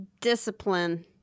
Discipline